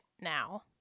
now